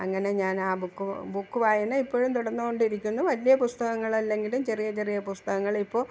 അങ്ങനെ ഞാനാ book book വായന ഇപ്പോഴും തുടർന്നുകൊണ്ടിരിക്കുന്നു വലിയ പുസ്തകങ്ങളല്ലെങ്കിലും ചെറിയ ചെറിയ പുസ്തകങ്ങളിപ്പോള്